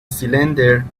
cylinder